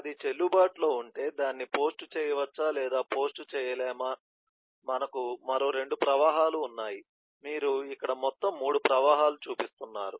అది చెల్లుబాటులో ఉంటే దాన్ని పోస్ట్ చేయవచ్చా లేదా పోస్ట్ చేయలేమా మనకు మరో 2 ప్రవాహాలు ఉన్నాయి మీరు ఇక్కడ మొత్తం 3 ప్రవాహాల చూపిస్తున్నారు